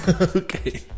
Okay